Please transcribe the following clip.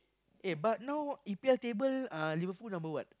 eh but now E_P_L table uh Liverpool number what